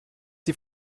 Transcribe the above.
die